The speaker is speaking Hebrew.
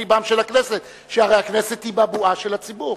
לבה של הכנסת שהרי הכנסת היא בבואה של הציבור.